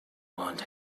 want